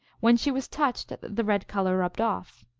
when she was touched the red color rubbed off.